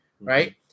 right